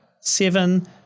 Seven